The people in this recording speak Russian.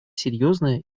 серьезная